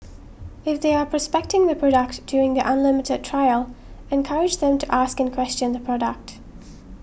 if they are prospecting the product during the unlimited trial encourage them to ask and question the product